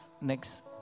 Next